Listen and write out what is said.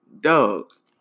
Dogs